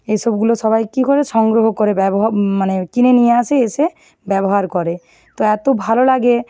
এই সবগুলো সবাই কী করে সংগ্রহ করে ব্যবহ মানে কিনে নিয়ে আসে এসে ব্যবহার করে তো এতো ভালো লাগে